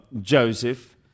Joseph